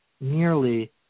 nearly